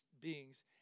beings